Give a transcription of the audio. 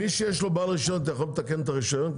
מי שבעל רישיון, אתה יכול לתקן את הרישיון?